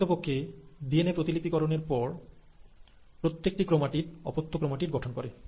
প্রকৃতপক্ষে ডিএনএ প্রতিলিপিকরণের পর প্রত্যেকটি ক্রোমাটিড অপত্য ক্রোমাটিড গঠন করে